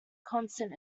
constant